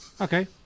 okay